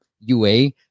UA